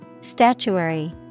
Statuary